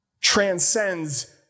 transcends